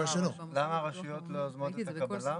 למה הרשויות לא יוזמות את הקבלה?